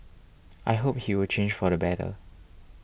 I hope he will change for the better